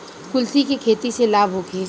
कुलथी के खेती से लाभ होखे?